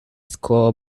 school